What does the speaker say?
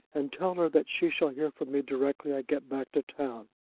and tell her that she shall hear from me directly i get back to town.